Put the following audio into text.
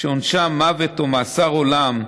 שעונשם מוות או מאסר עולם,